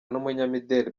n’umunyamideli